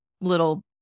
little